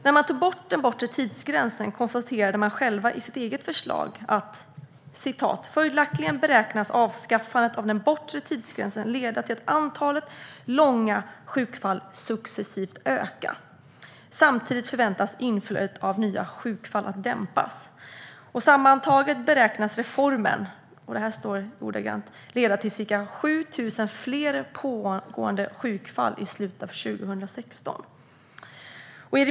När man tog bort den bortre tidsgränsen konstaterade man i sitt eget förslag: "Följaktligen beräknas avskaffandet av den bortre tidsgränsen leda till att antalet långa sjukfall successivt ökar. Samtidigt förväntas inflödet av nya sjukfall dämpas. Sammantaget beräknas reformen leda till ca 7 000 fler pågående sjukfall i slutet av 2016."